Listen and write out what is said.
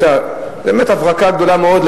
באמת הברקה גדולה מאוד,